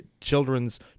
children's